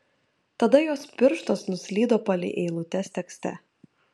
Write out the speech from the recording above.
tada jos pirštas nuslydo palei eilutes tekste